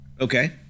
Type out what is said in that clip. Okay